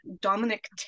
Dominic